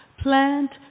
Plant